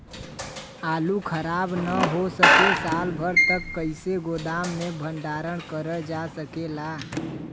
आलू खराब न हो सके साल भर तक कइसे गोदाम मे भण्डारण कर जा सकेला?